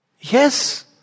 Yes